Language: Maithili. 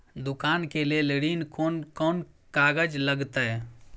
दुकान के लेल ऋण कोन कौन कागज लगतै?